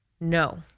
No